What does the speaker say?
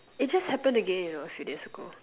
it just happened again you know few days ago